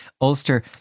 Ulster